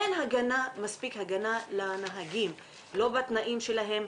אין מספיק הגנה לנהגים, לא בתנאים שלהם,